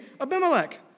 Abimelech